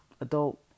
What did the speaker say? adult